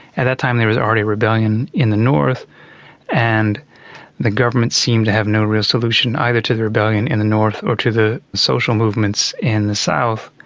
at that time there was already rebellion in the north and the government seemed to have no real solution either to the rebellion in the north or to the social movements in the south.